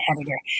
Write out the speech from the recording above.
editor